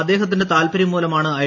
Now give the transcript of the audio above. അദ്ദേഹത്തിന്റെ താൽപ്പര്യം മൂലമാണ് ഐ